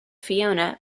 fiona